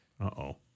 Uh-oh